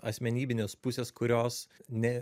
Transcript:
asmenybinės pusės kurios ne